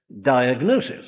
diagnosis